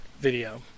video